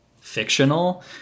fictional